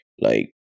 like-